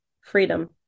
freedom